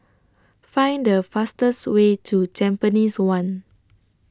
Find The fastest Way to Tampines one